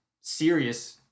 serious